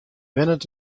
wennet